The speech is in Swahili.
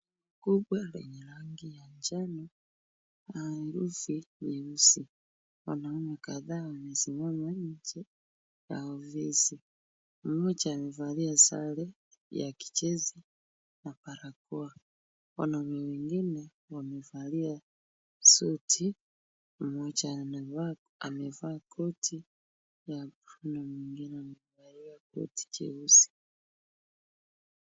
Kubwa lenye rangi ya njano na nyusi nyeusi. Wanaume kadhaa wamesimama nje ya ofisi, mmoja amevalia sare ya kijeshi na barakoa. Wanaume wengine wamevalia suti, mmoja amevaa koti la bluu na mwingine amevalia koti jeusi.